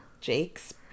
jakes